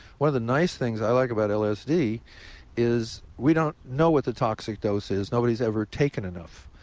one of the nice things i like about lsd is we don't know what the toxic dose is. nobody's ever taken enough,